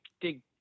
Dig